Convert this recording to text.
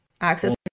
access